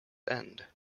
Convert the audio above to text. end